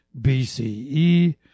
BCE